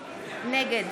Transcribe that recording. נגד